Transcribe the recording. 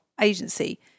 agency